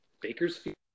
Bakersfield